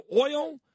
oil